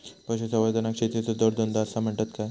पशुसंवर्धनाक शेतीचो जोडधंदो आसा म्हणतत काय?